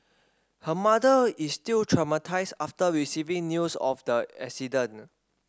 her mother is still traumatised after receiving news of the accident